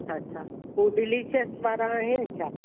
अच्छा हू डिलीशियस वारा आहिनि छा